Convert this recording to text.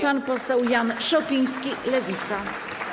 Pan poseł Jan Szopiński, Lewica.